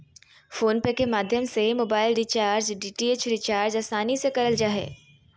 phone पे के माध्यम से मोबाइल रिचार्ज, डी.टी.एच रिचार्ज आसानी से करल जा हय